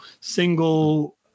single